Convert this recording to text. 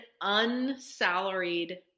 unsalaried